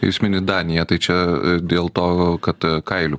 jūs minit daniją tai čia dėl to kad kailių